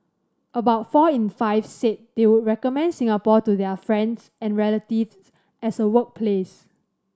about four in five said they would recommend Singapore to their friends and relatives as a workplace